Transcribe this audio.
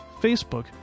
Facebook